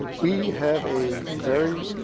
we have a very